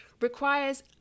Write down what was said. requires